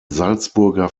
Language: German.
salzburger